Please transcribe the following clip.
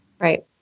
Right